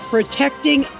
Protecting